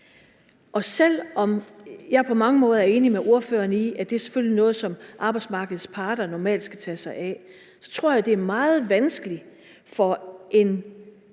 Og selv om jeg på mange måder er enig med ordføreren i, at det selvfølgelig er noget, som arbejdsmarkedets parter normalt skal tage sig af, så tror jeg, det er meget vanskeligt for